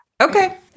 okay